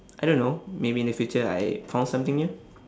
I don't know maybe in the future I found something new